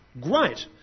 Great